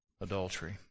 adultery